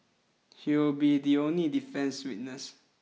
he will be the only defence witness